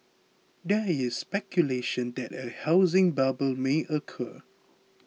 there is speculation that a housing bubble may occur